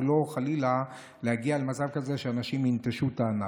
ולא חלילה להגיע למצב כזה שאנשים ינטשו את הענף.